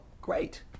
great